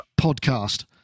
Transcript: podcast